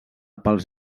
pels